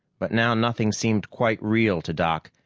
but now nothing seemed quite real to doc,